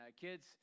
kids